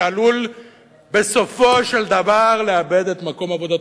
שעלול בסופו של דבר לאבד את מקום עבודתו.